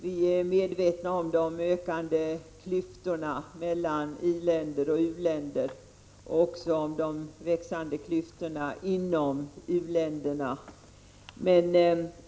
Vi är medvetna om de ökande klyftorna mellan i-länder och u-länder men också inom u-länderna.